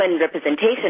representation